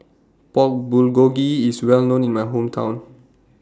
Pork Bulgogi IS Well known in My Hometown